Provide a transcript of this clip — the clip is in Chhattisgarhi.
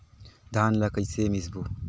धान ला कइसे मिसबो?